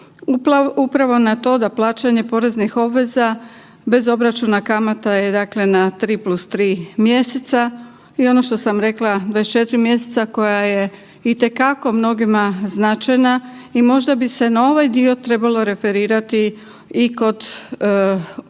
Upravo na to da plaćanje poreznih obveza bez obračuna kamata je 3 + 3 mjeseca i ono što sam rekla 24 mjeseca koja je itekako mnogima značajna i možda bi se na ovaj dio trebalo referirati i kod